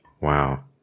Wow